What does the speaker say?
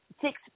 six